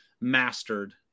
mastered